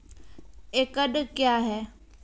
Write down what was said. एकड कया हैं?